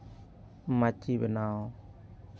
ᱢᱟᱹᱪᱤ ᱵᱮᱱᱟᱣ